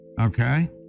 okay